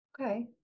Okay